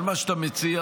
על מה שאתה מציע,